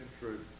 truth